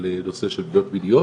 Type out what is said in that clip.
על נושא של פגיעות מיניות